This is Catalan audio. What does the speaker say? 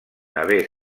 haver